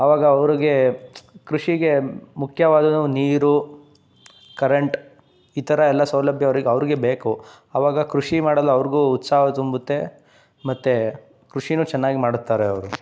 ಆವಾಗ ಅವ್ರಿಗೆ ಕೃಷಿಗೆ ಮುಖ್ಯವಾದುದು ನೀರು ಕರಂಟ್ ಈ ಥರ ಎಲ್ಲ ಸೌಲಭ್ಯ ಅವ್ರಿಗೆ ಅವ್ರಿಗೆ ಬೇಕು ಅವಾಗ ಕೃಷಿ ಮಾಡಲು ಅವ್ರಿಗೂ ಉತ್ಸಾಹ ತುಂಬುತ್ತೆ ಮತ್ತು ಕೃಷಿನೂ ಚೆನ್ನಾಗಿ ಮಾಡುತ್ತಾರೆ ಅವರು